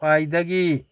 ꯈ꯭ꯋꯥꯏꯗꯒꯤ